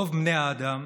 רוב בני האדם